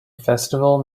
festival